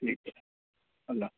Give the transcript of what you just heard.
ٹھیک ہے اللہ